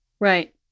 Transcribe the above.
Right